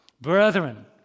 Brethren